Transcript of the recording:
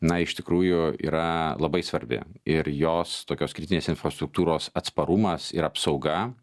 na iš tikrųjų yra labai svarbi ir jos tokios kritinės infrastruktūros atsparumas ir apsauga